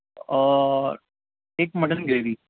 اور ایک mutton gravy